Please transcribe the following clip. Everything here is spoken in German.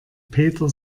peter